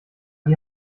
die